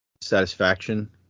Satisfaction